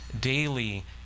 daily